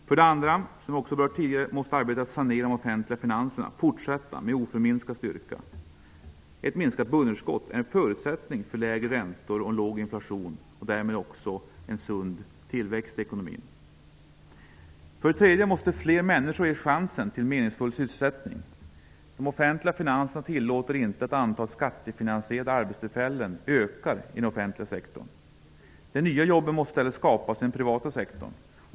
För det andra, som jag också berört tidigare, måste arbetet med att sanera de offentliga finanserna fortsätta med oförminskad styrka. Ett minskat budgetunderskott är en förutsättning för lägre räntor och en låg inflation, och därmed också en sund tillväxt i ekonomin. För det tredje måste fler människor ges chansen till meningsfull sysselsättning. De offentliga finanserna tillåter inte att antalet skattefinansierade arbetstillfällen ökar i den offentliga sektorn. De nya jobben måste i stället skapas i den privata sektorn.